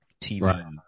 TV